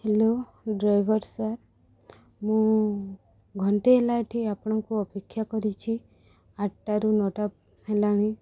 hello driver sir ମୁଁ ଘଣ୍ଟେ ହେଲା ଏଠି ଆପଣଙ୍କୁ ଅପେକ୍ଷା କରିଛି ଆଠଟାରୁ ନଅଟା ହେଲାଣି